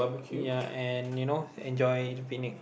ya and you know enjoy picnic